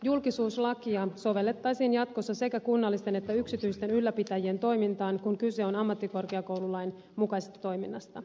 julkisuuslakia sovellettaisiin jatkossa sekä kunnallisten että yksityisten ylläpitäjien toimintaan kun kyse on ammattikorkeakoululain mukaisesta toiminnasta